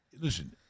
listen